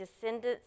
descendants